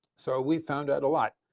so we found out a lot.